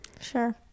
sure